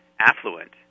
affluent